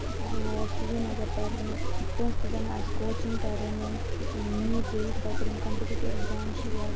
سری نگر پَرنہِ کٲنسہِ تہِ زَن آسہِ کوچِنگ کَرٕنۍ نیٖٹ جے ای خٲطر یا کَمپِٹیٹیو اٮ۪کزام چھِ یا